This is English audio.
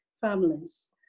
families